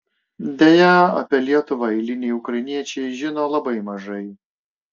deja apie lietuvą eiliniai ukrainiečiai žino labai mažai